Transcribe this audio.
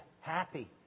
happy